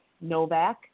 Novak